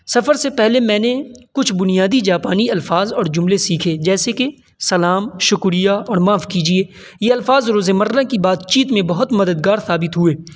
سفر سے پہلے میں نے کچھ بنیادی جاپانی الفاظ اور جملے سیکھے جیسے کہ سلام شکریہ اور معاف کیجیے یہ الفاظ روز مرہ کی بات چیت میں بہت مددگار ثابت ہوئے